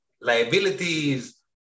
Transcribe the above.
liabilities